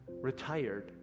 retired